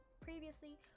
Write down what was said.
previously